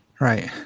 Right